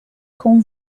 com